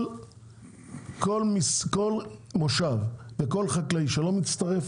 כל מושב וכל חקלאי שלא מצטרף